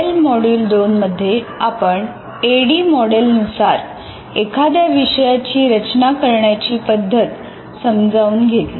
tail module 2 मध्ये आपण ADDIE model नुसार एखाद्या विषयाची रचना करण्याची पद्धत समजावून घेतली